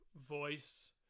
voice